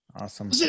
Awesome